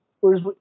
Whereas